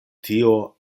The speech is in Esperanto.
tio